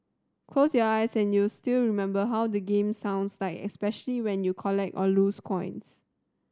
close your eyes and you still remember how the game sounds like especially when you collect or lose coins